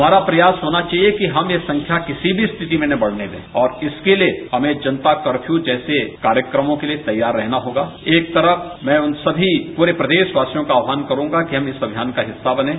हमारा प्रयास होना चाहिए कि हम यह संख्या किसी भी स्थिति में न बढ़ने दें और इसके लिये हमें जनता कर्ष्यू जैसे कार्यक्रमों के लिये तैयार रहना होगा एवं मैं उन सभी प्रदेश वासियों का आहवान करूंगा कि हम सब इस अभियान का हिस्सा बनें